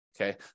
Okay